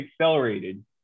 accelerated